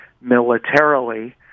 militarily